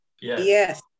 yes